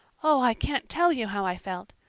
oh, i can't tell you how i felt.